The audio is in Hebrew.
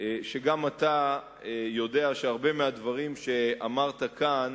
שגם אתה יודע שהרבה מהדברים שאמרת כאן,